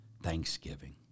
Thanksgiving